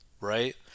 Right